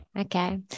Okay